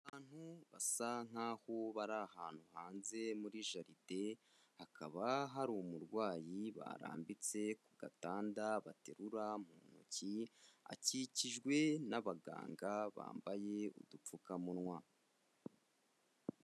Abantu basa nk'aho bari ahantu hanze muri jaride, hakaba hari umurwayi barambitse ku gatanda baterura mu ntoki, akikijwe n'abaganga bambaye udupfukamunwa.